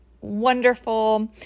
wonderful